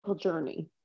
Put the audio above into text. journey